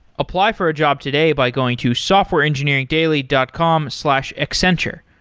apply for a job today by going to softwareengineeringdaily dot com slash accenture.